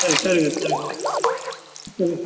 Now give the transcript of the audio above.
சரி சரிங்க சரிங்க சரிங்க